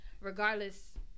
regardless